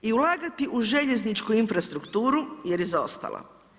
I ulagati u željezničku infrastrukturu jer je zaostala.